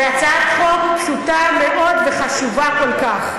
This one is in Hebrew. זו הצעת חוק פשוטה מאוד וחשובה כל כך.